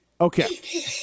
Okay